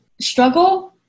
struggle